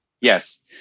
Yes